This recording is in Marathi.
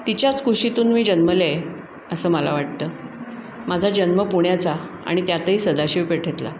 तिच्याच कुशीतून मी जन्मले असं मला वाटतं माझा जन्म पुण्याचा आणि त्यातही सदाशिवपेठेतला